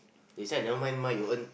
inside never mind mine you earn